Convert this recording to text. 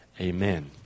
amen